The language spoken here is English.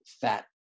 fat